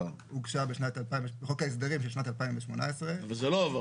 הוגשה בחוק ההסדרים של שנת 2018. אבל זה לא עבר.